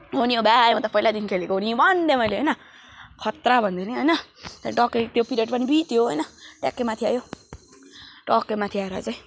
हो नि भाइ मैले त पहिल्यैदेखि खेलेको भनिदिए मैले होइन खत्रा भन्यो नि होइन त्यहाँदेखि ट्क्कै त्यो पिरियड पनि बित्यो होइन ट्याक्कै माथि आयो ट्क्कै माथि आएर चाहिँ